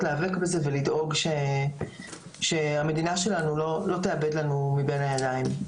להיאבק בזה ולדאוג שהמדינה שלנו לא תיאבד לנו מבין הידיים.